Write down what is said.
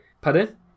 Pardon